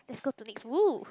lets go to next !woo!